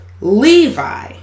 levi